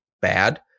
bad